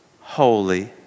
holy